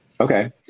Okay